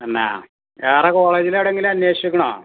തന്നേ വേറെ കോളേജിൽ എവിടെയെങ്കിലും അന്വേഷിച്ചിരിക്കുന്നോ